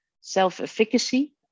self-efficacy